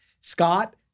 Scott